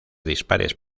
dispares